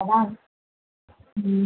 അതാണ്